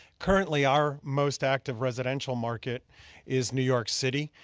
currently our most active residential market is new york city.